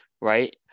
right